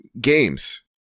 games